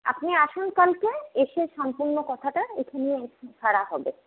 আপনি আসুন কালকে এসে সম্পূর্ণ কথাটা এখানে ধরা হবে